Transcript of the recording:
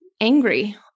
angry